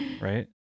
right